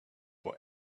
for